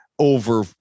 over